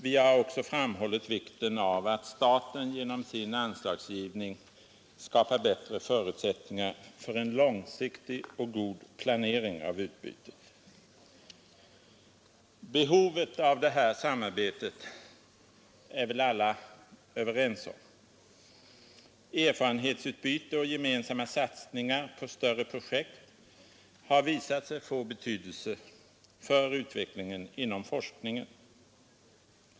Vi har också framhållit vikten av att staten genom sin anslagsgivning skapar bättre förutsättningar för en långsiktig och god planering av utbytet. Behovet av detta samarbete är väl alla överens om. Erfarenhetsutbyte och gemensamma satsningar på större projekt har visat sig få betydelse för utvecklingen inom forskningen.